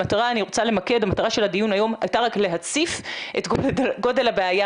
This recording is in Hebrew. המטרה של הדיון היום הייתה רק להציף את גודל הבעיה.